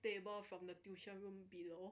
table from the tuition room below